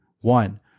one